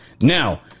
Now